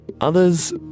others